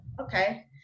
okay